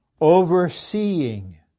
overseeing